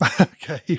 Okay